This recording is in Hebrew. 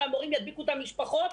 והמורים ידביקו את המשפחות,